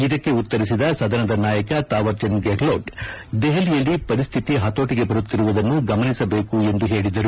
ಇದಕ್ಕೆ ಉತ್ತರಿಸಿದ ಸದನದ ನಾಯಕ ತಾವರ್ ಚಂದ್ ಗೆಹ್ಲೋಟ್ ದೆಹಲಿಯಲ್ಲಿ ಪರಿಸ್ಥಿತಿ ಹತೋಟಿಗೆ ಬರುತ್ತಿರುವುದನ್ನು ಗಮನಿಸಬೇಕು ಎಂದು ಹೇಳಿದರು